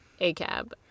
ACAB